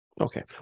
Okay